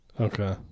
Okay